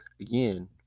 again